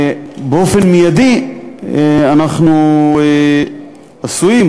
באופן מיידי אנחנו עשויים,